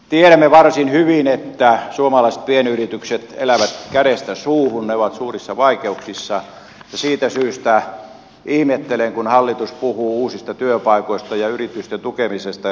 tiedämme varsin hyvin että suomalaiset pienyritykset elävät kädestä suuhun ne ovat suurissa vaikeuksissa ja siitä syystä ihmettelen kun hallitus puhuu uusista työpaikoista ja yritysten tukemisesta